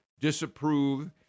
disapprove